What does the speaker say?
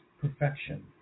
perfection